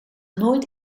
nooit